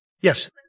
yes